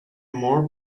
more